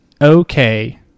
okay